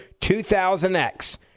2000X